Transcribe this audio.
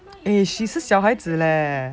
eh she's a 小孩子 leh